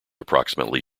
approximately